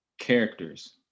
characters